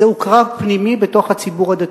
זהו קרב פנימי בתוך הציבור הדתי.